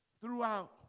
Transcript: throughout